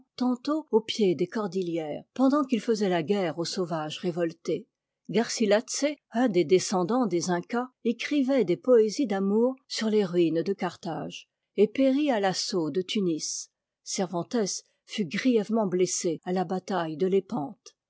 tantôt au pied des t cqrdiiières pendant qu'il faisait la guerre aux sauvages révottés garcilasse un des descena dants des ïncas écrivait des poésies d'amour sur les ruines de carthage et périt à l'assaut de tunis cervantes fut grièvement blessé à la bataille de